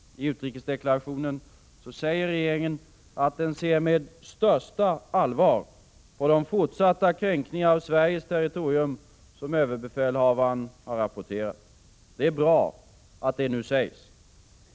I utrikesdeklarationen säger regeringen att den ser med ”största allvar” på de fortsatta kränkningar av Sveriges territorium som överbefälhavaren rapporterat. Det är bra att det nu sägs.